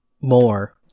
More